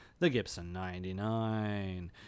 thegibson99